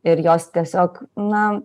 ir jos tiesiog na